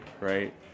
right